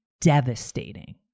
devastating